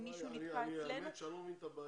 אם מישהו נתקע אצלנו --- אני לא מבין את הבעיה.